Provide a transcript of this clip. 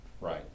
Right